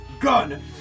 Gun